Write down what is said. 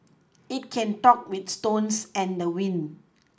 it can talk with stones and the wind